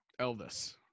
Elvis